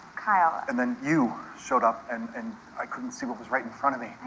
kyle and then you showed up, and and i couldn't see what was right in front of me.